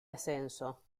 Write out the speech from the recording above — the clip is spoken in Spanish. ascenso